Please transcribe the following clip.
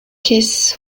keith